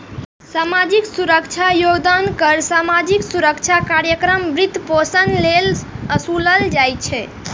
सामाजिक सुरक्षा योगदान कर सामाजिक सुरक्षा कार्यक्रमक वित्तपोषण लेल ओसूलल जाइ छै